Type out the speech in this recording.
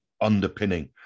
underpinning